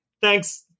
thanks